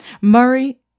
Murray